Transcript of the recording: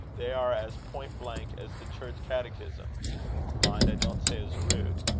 they are as point blank as the church-catechism mind, i don't say as rude.